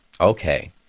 Okay